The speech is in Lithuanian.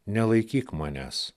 nelaikyk manęs